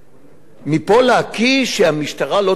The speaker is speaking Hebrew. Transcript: מפה להקיש שהמשטרה לא דוברת אמת,